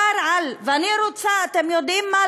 ואני רוצה, אתם יודעים מה?